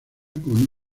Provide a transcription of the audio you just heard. con